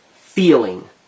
feeling